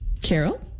Carol